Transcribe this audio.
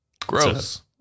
Gross